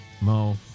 Mo